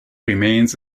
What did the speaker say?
remains